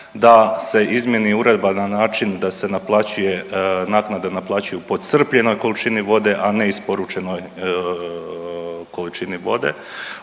da se izmijeni uredba na način da se naplaćuje naknada naplaćuje po crpljenoj količini vode, a ne isporučenoj količini vode.